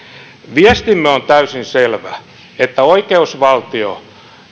viestimme on täysin selvä oikeusvaltio